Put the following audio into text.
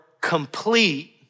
complete